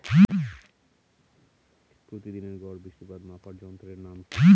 প্রতিদিনের গড় বৃষ্টিপাত মাপার যন্ত্রের নাম কি?